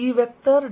E